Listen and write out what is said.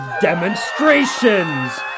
demonstrations